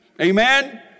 Amen